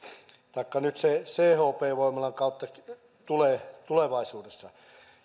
taikka nyt se se chp voimalan kautta tulee tulevaisuudessa